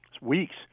weeks